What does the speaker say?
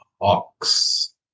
Hawks